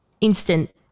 instant